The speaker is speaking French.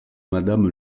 madame